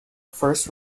first